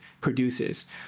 produces